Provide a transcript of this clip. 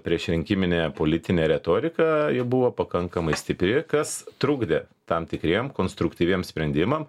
priešrinkiminė politinė retorika buvo pakankamai stipri kas trukdė tam tikriem konstruktyviem sprendimam